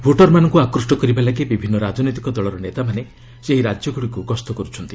ଭୋଟର୍ମାନଙ୍କୁ ଆକୃଷ୍ଣ କରିବା ଲାଗି ବିଭିନ୍ନ ରାଜନୈତିକ ଦଳର ନେତାମାନେ ସେହି ରାଜ୍ୟଗୁଡ଼ିକୁ ଗସ୍ତ କରୁଛନ୍ତି